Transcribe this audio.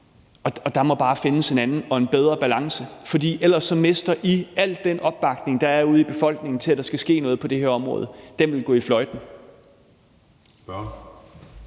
Der må bare findes en anden og en bedre balance, for ellers mister man al den opbakning, der er ude i befolkningen til, at der skal ske noget på det her område – den vil gå fløjten.